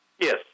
Yes